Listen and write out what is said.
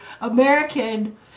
American